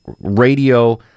Radio